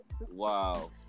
Wow